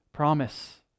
promise